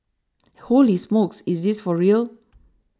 holy smokes is this for real